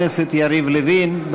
חוק ומשפט חבר הכנסת יריב לוין.